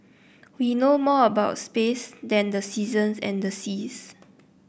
we know more about space than the seasons and the seas